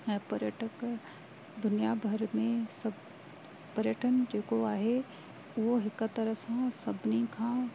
ऐं पर्यटक दुनिया भर में सभु पर्यटन जेको आहे उहो हिक तरह सां सभिनी खां